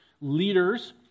leaders